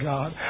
God